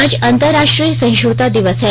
आज अंतरराष्ट्रीय सहिष्णुता दिवस है